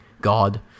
God